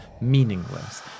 meaningless